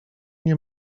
nie